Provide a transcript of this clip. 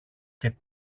και